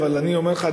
אבל אני אומר לך,